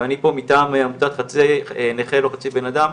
ואני פה מטעם עמותת "נכה לא חצי בן אדם",